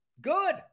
Good